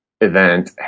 event